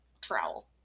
trowel